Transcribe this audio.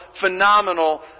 phenomenal